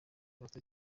bato